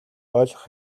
ойлгох